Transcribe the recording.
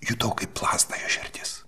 jutau kaip plazda širdis